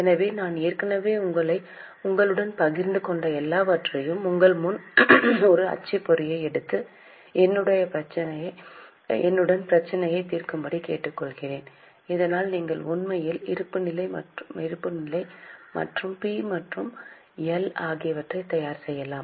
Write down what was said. எனவே நான் ஏற்கனவே உங்களுடன் பகிர்ந்து கொண்ட எல்லாவற்றையும் உங்கள் முன் ஒரு அச்சுப்பொறியை எடுத்து என்னுடன் பிரச்சினையை தீர்க்கும்படி கேட்டுக்கொள்கிறேன் இதனால் நீங்கள் உண்மையில் இருப்புநிலை மற்றும் பி மற்றும் எல் ஆகியவற்றை தயார் செய்யலாம்